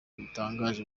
butangaje